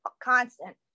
Constant